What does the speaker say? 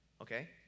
Okay